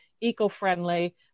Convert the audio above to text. eco-friendly